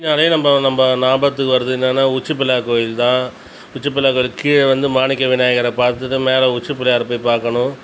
திருச்சினாலே நம்ப நம்ப ஞாபகத்துக்கு வர்றது என்னென்னா உச்சிப்பிள்ளையார் கோயில் தான் உச்சிப் பிள்ளயைார் கோயில் கீழே வந்த மாணிக்க விநாயகர பார்த்துட்டு மேலே உச்சிப் பிள்ளையாரை போய் பார்க்கணும்